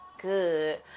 good